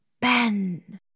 Ben